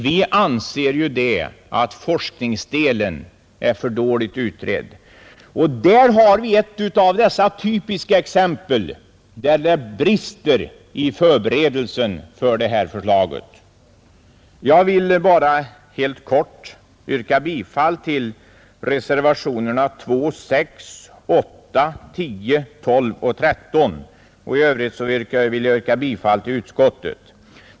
Vi anser att forskningsdelen är för dåligt utredd, och där har vi ett av dessa typiska exempel där det brister i förberedelsen av detta förslag. Jag vill bara helt kort yrka bifall till reservationerna 2, 6, 8, 10, 12 och 13 och i övrigt vill jag yrka bifall till utskottets hemställan.